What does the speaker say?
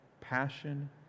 passion